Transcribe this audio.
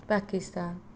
Pakistan